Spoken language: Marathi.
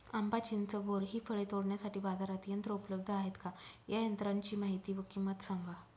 आंबा, चिंच, बोर हि फळे तोडण्यासाठी बाजारात यंत्र उपलब्ध आहेत का? या यंत्रांची माहिती व किंमत सांगा?